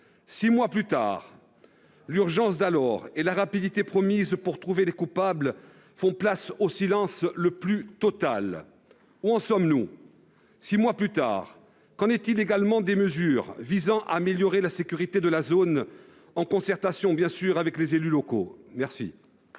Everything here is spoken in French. Six mois plus tard, l'urgence d'alors et la rapidité promise pour trouver les coupables font place au silence le plus total. Six mois plus tard, où en sommes-nous ? Qu'en est-il des mesures visant à améliorer la sécurité de la zone en concertation avec les élus locaux ? La